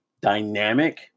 dynamic